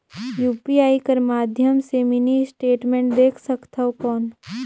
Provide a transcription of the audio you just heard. UPI कर माध्यम से मिनी स्टेटमेंट देख सकथव कौन?